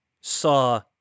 saw